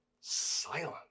silent